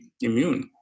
immune